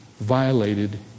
violated